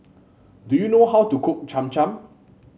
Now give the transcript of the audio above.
do you know how to cook Cham Cham